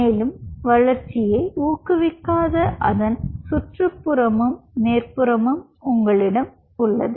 மேலும் வளர்ச்சியை ஊக்குவிக்காத அதன் சுற்றுப்புறமும் மேற்புறமும் உங்களிடம் உள்ளது